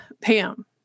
Pam